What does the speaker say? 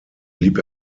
blieb